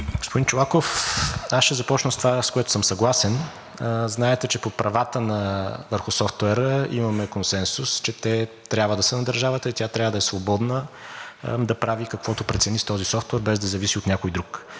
Господин Чолаков, аз ще започна с това, с което съм съгласен. Знаете, че по правата върху софтуера имаме консенсус, че те трябва да са на държавата и тя трябва да е свободна да прави каквото прецени с този софтуер, без да зависи от някой друг,